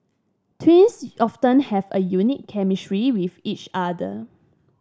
twins often have a unique chemistry with each other